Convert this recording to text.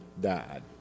died